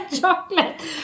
chocolate